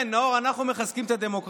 כן, נאור, אנחנו מחזקים את הדמוקרטיה.